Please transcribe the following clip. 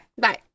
Bye